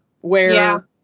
where-